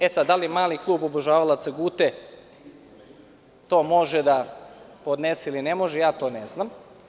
E, sad, da li mali klub obožavalaca Gute to može da podnese ili ne može, ja to ne znam.